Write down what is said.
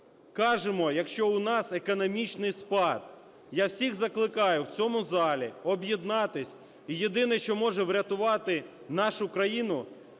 кажемо, якщо у нас економічний спад? Я всіх закликаю в цьому залі об'єднатись, і єдине, що може врятувати нашу країну,